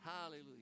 Hallelujah